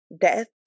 death